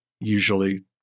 usually